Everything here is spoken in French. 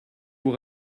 vous